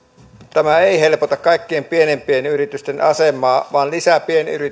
tämä ei helpota kaikkein pienimpien yritysten asemaa vaan lisää